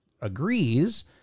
agrees